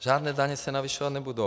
Žádné daně se navyšovat nebudou.